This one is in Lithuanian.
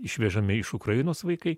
išvežami iš ukrainos vaikai